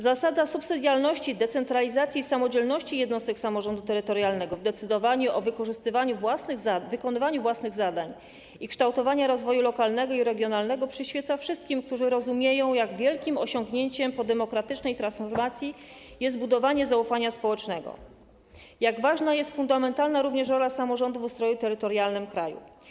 Zasada subsydialności i decentralizacji, samodzielności jednostek samorządu terytorialnego w decydowaniu o wykonywaniu własnych zadań i kształtowaniu rozwoju lokalnego i regionalnego przyświeca wszystkim, którzy rozumieją jak wielkim osiągnięciem demokratycznej transformacji jest budowanie zaufania społecznego, jak ważna jest fundamentalna rola samorządu w ustroju terytorialnym kraju.